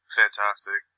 fantastic